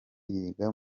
yiga